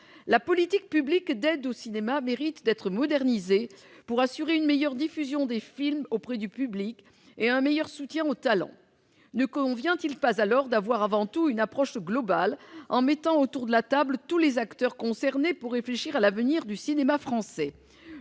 La politique publique d'aide au cinéma mérite d'être modernisée pour assurer une meilleure diffusion des films auprès du public et un meilleur soutien aux talents. Ne convient-il pas dès lors d'avoir avant tout une approche globale, en mettant autour de la table tous les acteurs concernés pour réfléchir à l'avenir du cinéma français ?